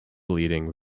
leading